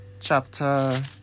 chapter